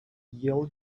yale